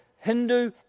Hindu